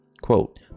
quote